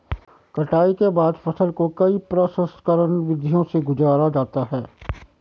कटाई के बाद फसल को कई प्रसंस्करण विधियों से गुजारा जाता है